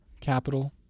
capital